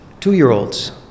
Two-year-olds